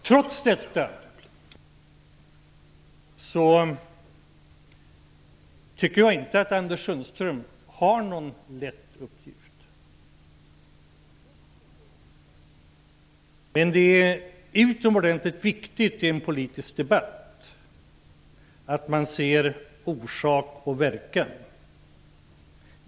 Trots detta tycker jag inte att Anders Sundström har någon lätt uppgift. Men det är utomordentligt viktigt i en politisk debatt att man ser orsak och verkan.